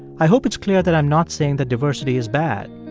i hope it's clear that i'm not saying that diversity is bad,